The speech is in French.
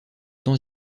temps